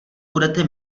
budete